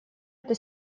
эта